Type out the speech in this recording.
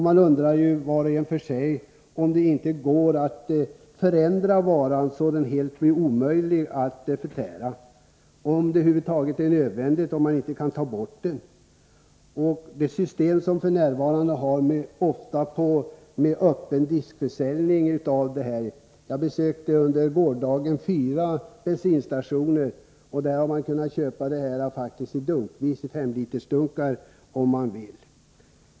Vi undrar kanske litet var om inte varan går att förändra, så att den blir helt omöjlig att förtära. Man kan också undra om varan över huvud taget är nödvändig, om den går att ta bort eller om det går att förändra nuvarande försäljningssystem, där teknisk sprit ofta säljs helt öppet. Jag besökte under gårdagen fyra bensinstationer, och där hade man faktiskt kunnat köpa den här varan dunkvis i femlitersdunkar om man hade velat.